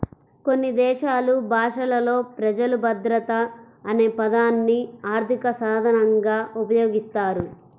కొన్ని దేశాలు భాషలలో ప్రజలు భద్రత అనే పదాన్ని ఆర్థిక సాధనంగా ఉపయోగిస్తారు